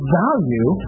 value